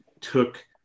took